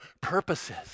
purposes